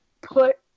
put